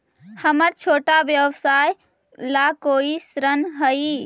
हमर छोटा व्यवसाय ला कोई ऋण हई?